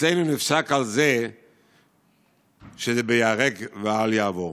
ואצלנו נפסק על זה שזה ייהרג ואל יעבור.